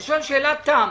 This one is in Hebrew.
אני שואל שאלת תם.